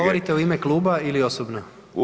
Govorite u ime kluba ili osobno?